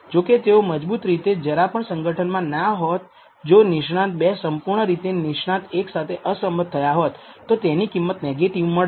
જોકે તેઓ મજબૂત રીતે કે જરા પણ સંગઠનમાં ના હોત જો નિષ્ણાંત 2 સંપૂર્ણ રીતે નિષ્ણાંત એક સાથે અસહમત થયા હોત તો તેની કિંમત નેગેટીવ મળતી